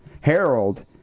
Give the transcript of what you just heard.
Harold